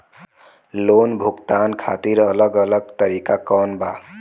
Loan भुगतान खातिर अलग अलग तरीका कौन बा?